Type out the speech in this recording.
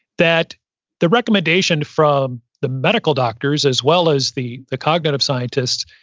that the recommendation from the medical doctors, as well as the the cognitive scientists,